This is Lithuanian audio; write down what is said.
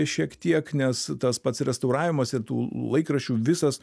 šiek tiek nes tas pats restauravimas ir tų laikraščių visas